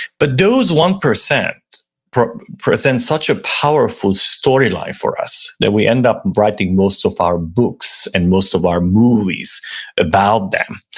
but those one percent present such a powerful storyline for us, that we end up writing most of our books, and most of our movies about them.